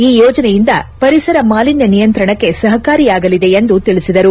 ಈ ಯೋಜನೆಯಿಂದ ಪರಿಸರ ಮಾಲಿನ್ನ ನಿಯಂತ್ರಣಕ್ಕೆ ಸಹಕಾರಿಯಾಗಲಿದೆ ಎಂದು ತಿಳಿಸಿದರು